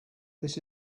this